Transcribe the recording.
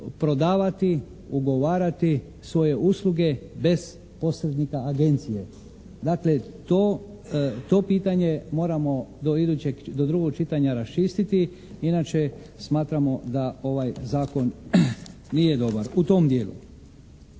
prodavati, ugovarati svoje usluge bez posrednika agencije. Dakle to pitanje moramo do idućeg, do drugog čitanja raščistiti inače smatramo da ovaj zakon nije dobar u tom dijelu.